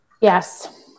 Yes